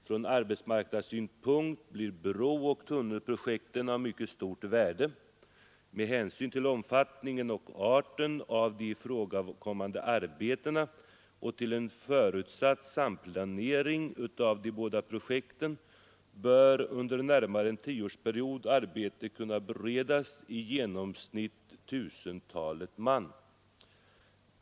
Från arbetsmarknadssynpunkt blir brooch tunnelprojekten av mycket stort värde. Med hänsyn till omfattningen och arten av de ifrågakommande arbetena och till en förutsatt samplanering av de båda projekten bör under närmare en tioårsperiod arbete kunna beredas i genomsnitt tusentalet man.